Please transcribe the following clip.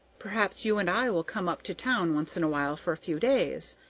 perhaps you and i will come up to town once in a while for a few days.